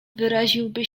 wyraziłby